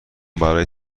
برای